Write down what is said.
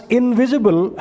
invisible